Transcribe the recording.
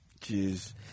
Jeez